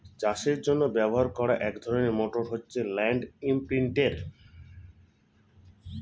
চাষের জন্য ব্যবহার করা এক ধরনের মোটর হচ্ছে ল্যান্ড ইমপ্রিন্টের